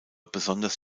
besonders